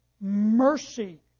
mercy